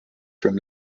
from